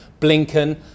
Blinken